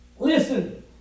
Listen